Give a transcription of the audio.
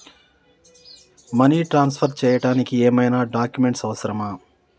Money transfer చేయడానికి ఏమైనా documents అవసరమా?